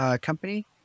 company